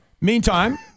Meantime